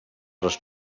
les